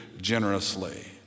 generously